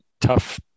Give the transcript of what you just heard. tough